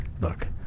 Look